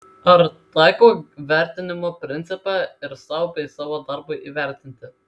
ar taikau vertinimo principą ir sau bei savo darbui įvertinti